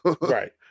right